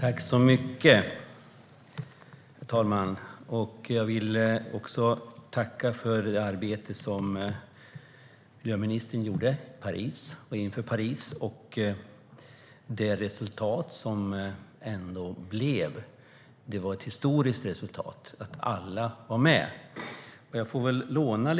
Herr talman! Jag vill tacka för det arbete som miljöministern gjorde i Paris och inför Paris och för det resultat som ändå blev. Det var ett historiskt resultat, att alla var med. Jag får väl låna